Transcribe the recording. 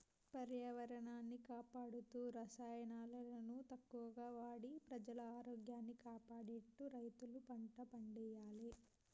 పర్యావరణాన్ని కాపాడుతూ రసాయనాలను తక్కువ వాడి ప్రజల ఆరోగ్యాన్ని కాపాడేట్టు రైతు పంటలను పండియ్యాలే